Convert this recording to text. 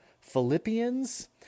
Philippians